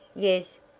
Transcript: yes,